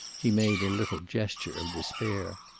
he made a little gesture of despair.